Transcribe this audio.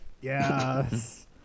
Yes